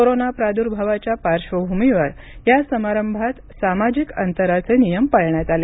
corona प्रादुर्भावाच्या पार्श्वभूमीवर या समारंभात सामाजिक अंतराचे नियम पाळण्यात आले